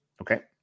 Okay